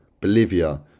Bolivia